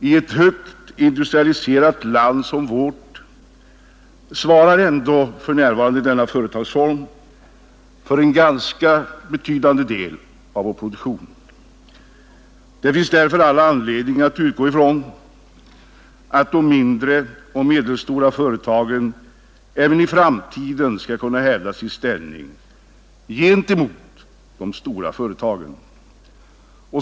I ett högt industrialiserat land som vårt svarar ändå för närvarande denna företagsform för en ganska betydande del av vår produktion. Det finns därför all anledning att utgå från att de mindre och medelstora företagen även i framtiden skall kunna hävda sin ställning gentemot de stora företagen.